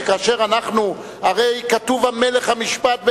הרי כתוב: המלך המשפט,